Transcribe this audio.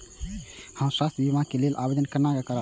हम स्वास्थ्य बीमा के लेल आवेदन केना कै सकब?